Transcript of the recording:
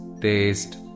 taste